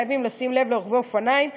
חייבים לשים לב לרוכבי האופניים.